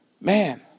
man